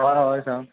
हय हय सांग